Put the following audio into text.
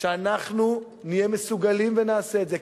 שאנחנו נהיה מסוגלים, ונעשה את זה.